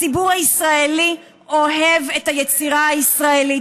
הציבור הישראלי אוהב את היצירה הישראלית,